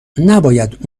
نباید